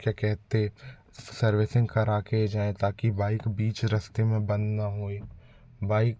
क्या कहते सर्विसिंग करा के जाऍं ताकि बाइक बीच रस्ते में बंद ना होए बाइक